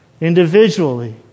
individually